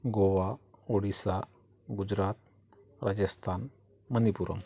Goa Odisha Gujarat Rajasthan मणिपूरम